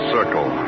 Circle